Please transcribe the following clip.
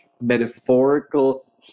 metaphorical